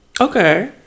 okay